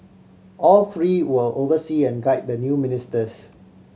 all three will oversee and guide the new ministers